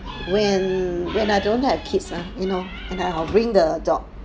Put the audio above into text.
when when I don't have kids ah you know and I'll bring the dog